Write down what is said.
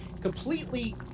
Completely